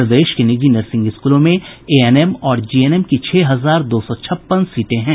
प्रदेश के निजी नर्सिंग स्कूलों में एएनएम और जीएनएम की छह हजार दो सौ छप्पन सीटें हैं